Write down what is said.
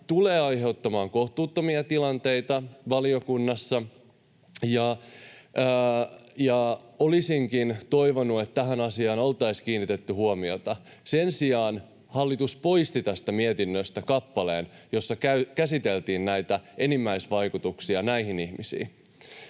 tulee aiheuttamaan kohtuuttomia tilanteita. Valiokunnassa olisinkin toivonut, että tähän asiaan oltaisiin kiinnitetty huomiota. Sen sijaan hallitus poisti tästä mietinnöstä kappaleen, jossa käsiteltiin näitä enimmäisvaikutuksia näihin ihmisiin.